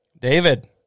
David